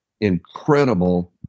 incredible